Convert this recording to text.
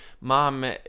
mom